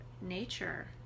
nature